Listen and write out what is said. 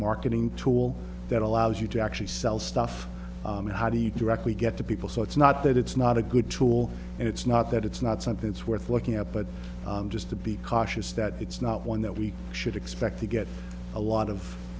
marketing tool that allows you to actually sell stuff and how do you directly get to people so it's not that it's not a good tool and it's not that it's not something that's worth looking at but just to be cautious that it's not one that we should expect to get a lot of